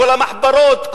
המחברות,